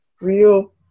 real